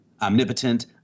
omnipotent